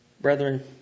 Brethren